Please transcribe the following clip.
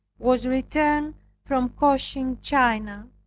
was returned from cochin china,